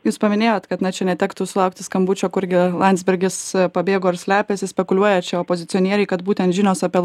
jūs paminėjot kad na čia netektų sulaukti skambučio kurgi landsbergis pabėgo ir slepiasi spekuliuoja čia opozicionieriai kad būtent žinios apie